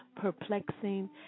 perplexing